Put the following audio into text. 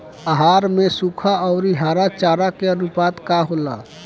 आहार में सुखा औरी हरा चारा के आनुपात का होला?